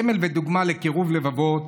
סמל ודוגמה לקירוב לבבות,